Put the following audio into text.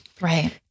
Right